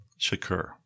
Shakur